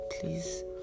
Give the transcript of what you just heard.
please